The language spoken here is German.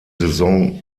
saison